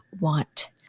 want